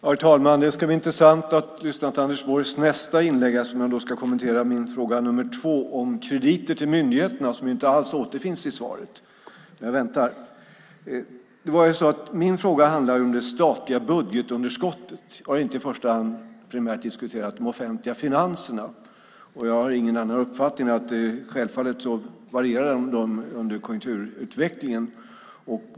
Herr talman! Det ska bli intressant att lyssna till Anders Borgs nästa inlägg, där han ska kommentera min fråga nummer två om krediter till myndigheterna. Detta återfinns inte alls i svaret. Jag väntar! Min interpellation handlar om det statliga budgetunderskottet. Jag har inte i första hand diskuterat de offentliga finanserna. Jag har ingen annan uppfattning än att de självfallet varierar med konjunkturutvecklingen.